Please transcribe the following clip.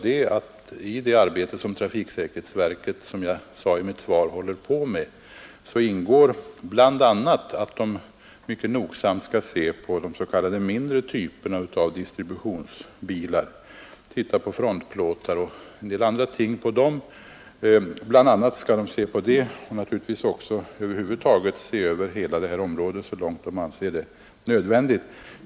I det arbete som trafiksäkerhetsverket håller på med ingår bl.a. att mycket nogsamt se på de s.k. mindre typerna av distributionsbilar. Verket skall titta på frontplåtar och en del andra ting och över huvud taget se över hela det här området så långt det anses nödvändigt.